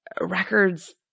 records